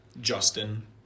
Justin